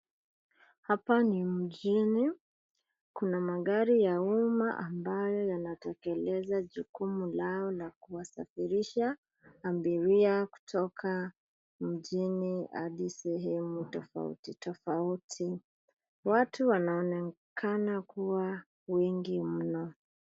Hapa ni mjini. Kuna magari ya umma ambayo yanatekeleza jukumu lao la kuwasafirisha abiria kutoka mjini hadi sehemu tofauti tofauti. Watu wanaonekana kuwa wengi mno.